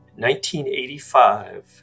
1985